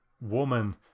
woman